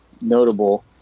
notable